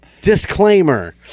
Disclaimer